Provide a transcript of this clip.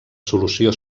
solució